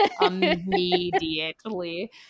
Immediately